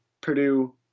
Purdue